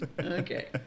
Okay